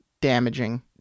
damaging